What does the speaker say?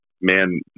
man